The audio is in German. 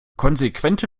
konsequente